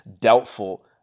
doubtful